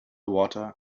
walter